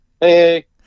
Hey